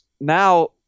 now